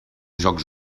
jocs